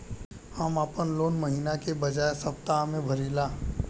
हम आपन लोन महिना के बजाय सप्ताह में भरीला